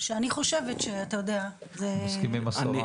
שאני חושבת, אתה יודע --- אני מסכים עם השרה.